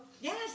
yes